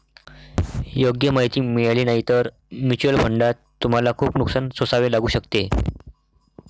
योग्य माहिती मिळाली नाही तर म्युच्युअल फंडात तुम्हाला खूप नुकसान सोसावे लागू शकते